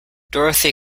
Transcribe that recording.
dorothy